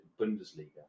Bundesliga